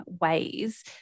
ways